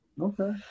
Okay